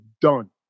done